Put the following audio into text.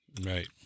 right